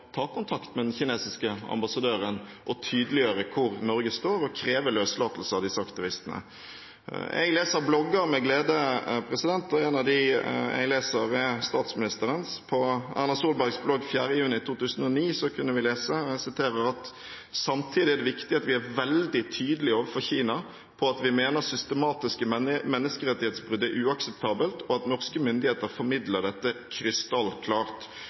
ta kontakt med den kinesiske ambassadøren og tydeliggjøre hvor Norge står, og kreve løslatelse av disse aktivistene. Jeg leser blogger med glede, og en av dem jeg leser, er statsministerens. På Erna Solbergs blogg 4. juni 2009 kunne vi lese: «… samtidig er det viktig at vi er veldig tydelig overfor Kina at vi mener at systematiske menneskerettighetsbrudd er uakseptabelt og at norske myndigheter formidler dette krystallklart.»